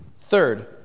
Third